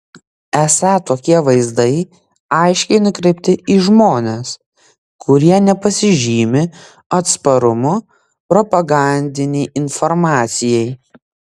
esą tokie vaizdai aiškiai nukreipti į žmones kurie nepasižymi atsparumu propagandinei informacijai